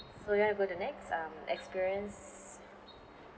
so you want to go to next um experience